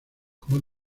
como